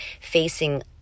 facing